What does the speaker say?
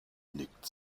nickt